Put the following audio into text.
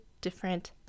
different